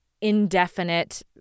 indefinite